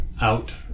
out